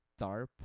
Tharp